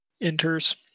enters